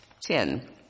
ten